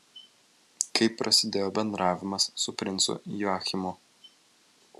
kaip prasidėjo bendravimas su princu joachimu